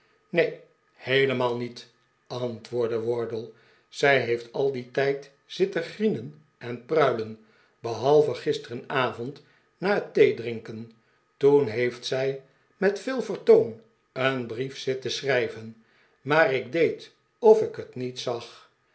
neen heelemaal niet antwoordde wardle zij heeft al dien tijd zitten grienen en pruilen behalve gisterenavond na het theedrinken toen heeft zij met veel vertoon een brief zitten schrijven maar ik deed of ik het niet zag